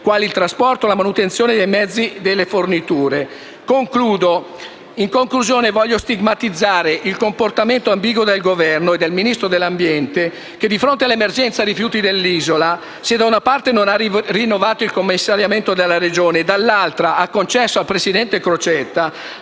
quali il trasporto, la manutenzione dei mezzi e le forniture. In conclusione, voglio stigmatizzare il comportamento ambiguo del Governo e del Ministro dell'ambiente e della tutela del territorio e del mare che, di fronte all'emergenza rifiuti dell'Isola, se da una parte non ha rinnovato il commissariamento della Regione, dall'altra ha concesso al presidente Crocetta